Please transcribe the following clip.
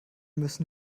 müssen